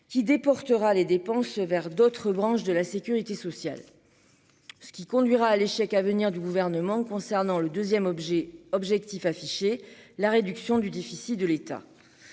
Qui des portera les dépenses vers d'autres branches de la Sécurité sociale. Ce qui conduira à l'échec à venir du gouvernement concernant le 2ème objet objectif affiché la réduction du déficit de l'État.